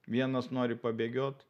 vienas nori pabėgiot